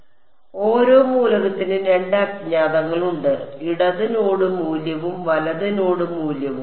അതിനാൽ ഓരോ മൂലകത്തിനും രണ്ട് അജ്ഞാതങ്ങളുണ്ട് ഇടത് നോഡ് മൂല്യവും വലത് നോഡ് മൂല്യവും